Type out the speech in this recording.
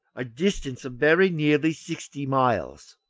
a distance of very nearly sixty miles.